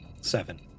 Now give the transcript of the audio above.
Seven